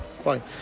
Fine